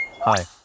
Hi